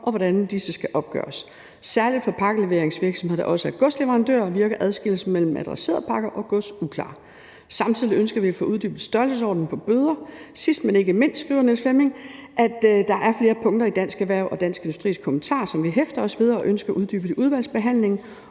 og hvordan disse skal opgøres. Særlig for pakkeleveringsvirksomheder, der er også er godsleverandører, virker adskillelsen mellem adresserede pakker og gods uklar. Samtidig ønsker vi at få uddybet størrelsesordenen på bøder. Sidst, men ikke mindst, skriver Niels Flemming Hansen, er der flere punkter i Dansk Erhvervs og Dansk Industris kommentarer, som vi hæfter os ved og ønsker uddybet i udvalgsbehandlingen.